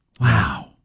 Wow